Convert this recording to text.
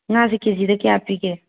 ꯉꯥꯁꯤ ꯀꯦꯖꯤꯗ ꯀꯌꯥ ꯄꯤꯒꯦ